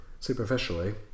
superficially